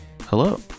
hello